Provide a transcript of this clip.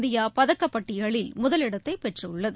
India பதக்கப்பட்டியலில் முதலிடத்தை பெற்றுள்ளது